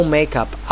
Makeup